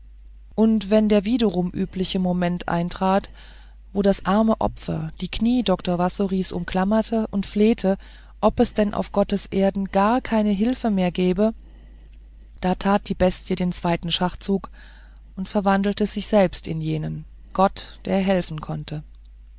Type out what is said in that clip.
und wenn der wiederum übliche moment eintrat wo das arme opfer die knie dr wassorys umklammerte und flehte ob es denn auf gottes erde gar keine hilfe mehr gäbe da tat die bestie den zweiten schachzug und verwandelte sich selbst in jenen gott der helfen konnte